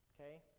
okay